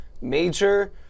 major